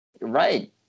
Right